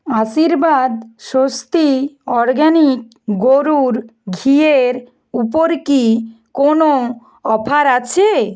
আশীর্বাদ স্বস্তি অর্গ্যানিক গরুর ঘিয়ের উপর কি কোনও অফার আছে